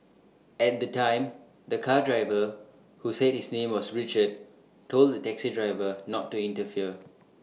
at the time the car driver who said his name was Richard told the taxi driver not to interfere